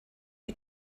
you